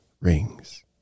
rings